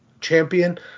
champion